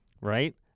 right